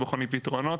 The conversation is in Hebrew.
בוחנים פתרונות,